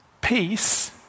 Peace